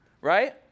right